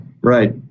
right